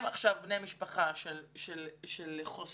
הם בני משפחה של חוסה,